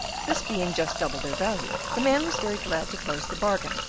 this being just double their value, the man was very glad to close the bargain,